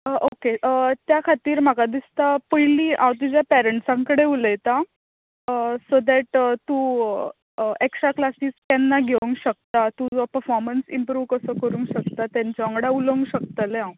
okay त्या खातीर म्हाका दिसता पयलीं हांव तुज्या पेरन्टसां कडेन उलयतां सो देट तूं एक्ट्रा क्लासीस केन्ना घेवंक शकता तुजो पफोर्मन्स इंप्रूव कसो करूंक शकता तेंच्या वांगडा उलोवंक शकतलें हांव